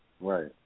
right